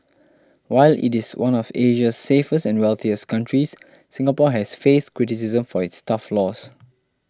while it is one of Asia's safest and wealthiest countries Singapore has faced criticism for its tough laws